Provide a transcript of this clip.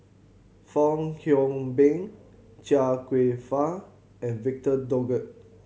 Fong Hoe Beng Chia Kwek Fah and Victor Doggett